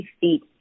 feet